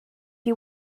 you